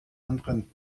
anderen